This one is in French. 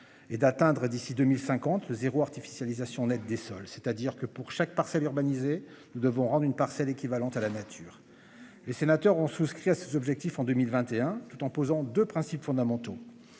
et d'atteindre d'ici 2050 le zéro artificialisation nette des sols. C'est-à-dire que pour chaque parcelle. Nous devons rendre une parcelle équivalente à la nature. Les sénateurs ont souscrit à cet objectif en 2021 tout en posant de principes fondamentaux.